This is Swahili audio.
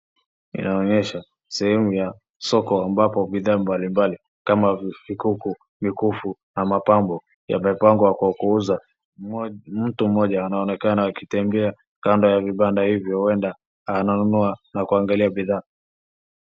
Inaonyesha sehemu ya soko ambapo bidhaa mbalimbali kama mikuku , mikufu na mapambo .Yamepangwa ya kuuza mtu mmoja anaonekana akitembea kando ya vibanda hivi huenda ananua na kuangalia bidhaa.